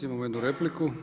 Imamo jednu repliku.